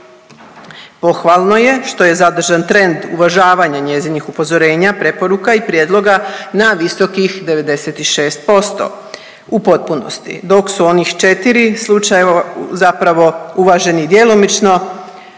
Pohvalno je što je zadržan trend uvažavanja njezinih upozorenja, preporuka i prijedloga na visokih 96% u potpunosti, dok su onih 4 slučajeva zapravo uvaženi djelomično